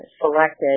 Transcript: selected